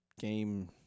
game